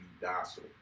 docile